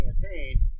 campaign